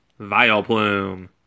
Vileplume